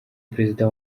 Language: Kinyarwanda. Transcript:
perezida